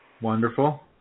Wonderful